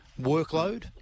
workload